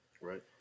Right